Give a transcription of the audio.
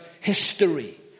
history